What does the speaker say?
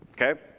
Okay